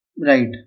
Right